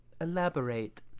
Elaborate